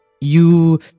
You-